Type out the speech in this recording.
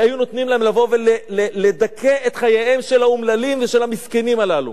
לא היו נותנים להם לבוא ולדכא את חייהם של האומללים ושל המסכנים האלה.